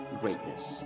Greatness